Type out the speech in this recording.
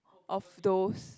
of those